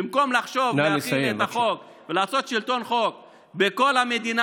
במקום לחשוב להחיל את החוק ולעשות שלטון חוק בכל המדינה,